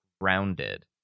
grounded